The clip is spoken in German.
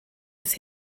des